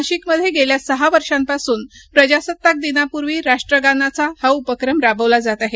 नाशिकमध्ये गेल्या सहा वर्षांपासून प्रजासत्ताक दिनापूर्वी राष्ट्रगानाचा हा उपक्रम राबवला जात आहे